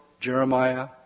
Jeremiah